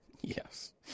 Yes